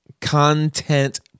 content